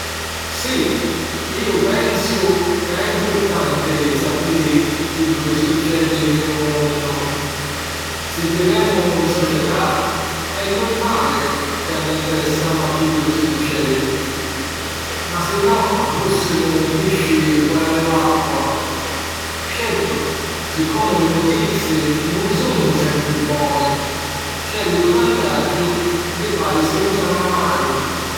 Sì, iu pensu ca è mpurtanti sapiri chiddu chi succedi nni lu munnu. Si vivemu 'n società, è nurmali ca ni interessamu a chiddu chi succedi. Ma sinnò fùssimu pisci fora di l'acqua. Certu, si comu li nutizi nun sunnu sempri boni, c'è lu svantaggiu di fàrisi lu sangu amaru.